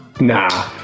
nah